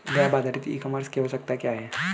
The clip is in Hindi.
वेब आधारित ई कॉमर्स की आवश्यकता क्या है?